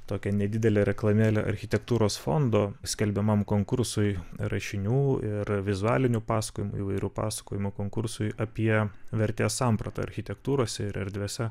tokią nedidelę reklamėlę architektūros fondo skelbiamam konkursui rašinių ir vizualinių pasakojimų įvairių pasakojimų konkursui apie vertės sampratą architektūrose ir erdvėse